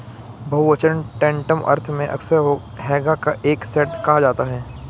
बहुवचन टैंटम अर्थ में अक्सर हैगा का एक सेट कहा जाता है